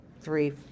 three